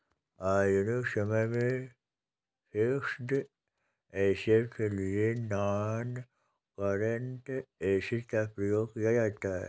आधुनिक समय में फिक्स्ड ऐसेट के लिए नॉनकरेंट एसिड का प्रयोग किया जाता है